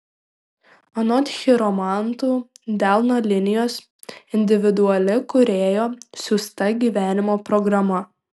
anot chiromantų delno linijos individuali kūrėjo siųsta gyvenimo programa